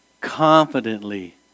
Confidently